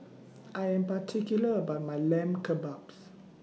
I Am particular about My Lamb Kebabs